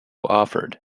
offered